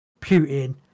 Putin